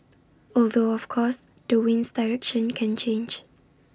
although of course the wind's direction can change